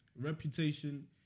Reputation